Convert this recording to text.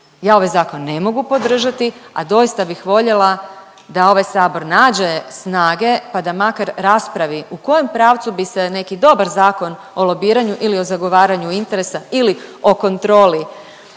ja ovaj zakon ne mogu podržati, a doista bih voljela da ovaj sabor nađe snage pa da makar raspravi u kojem pravcu bi se neki dobar Zakon o lobiranju ili o zagovaranju interesa ili o kontroli